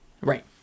Right